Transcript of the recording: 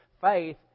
faith